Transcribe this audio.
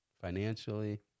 financially